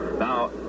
Now